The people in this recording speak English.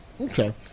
Okay